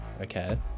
Okay